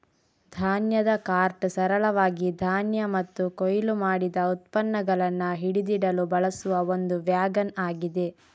ಧಾನ್ಯದ ಕಾರ್ಟ್ ಸರಳವಾಗಿ ಧಾನ್ಯ ಮತ್ತು ಕೊಯ್ಲು ಮಾಡಿದ ಉತ್ಪನ್ನಗಳನ್ನ ಹಿಡಿದಿಡಲು ಬಳಸುವ ಒಂದು ವ್ಯಾಗನ್ ಆಗಿದೆ